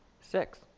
Six